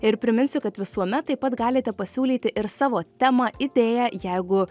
ir priminsiu kad visuomet taip pat galite pasiūlyti ir savo temą idėją jeigu